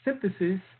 synthesis